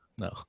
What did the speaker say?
No